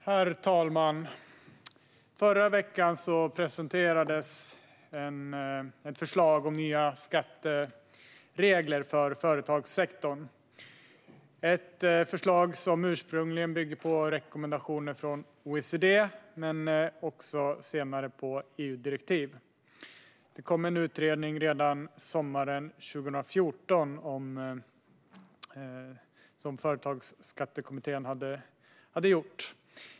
Herr talman! Förra veckan presenterades ett förslag om nya skatteregler för företagssektorn. Det är ett förslag som ursprungligen bygger på rekommendationer från OECD men senare också på EU-direktiv. Det kom ett utredningsförslag redan sommaren 2014 från Företagsskattekommittén.